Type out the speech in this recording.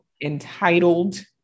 entitled